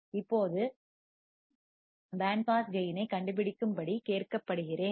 இப்போது bandpass gain ஐக் கண்டுபிடிக்கும்படி கேட்கப்படுகிறேன்